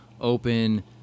open